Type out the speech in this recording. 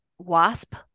wasp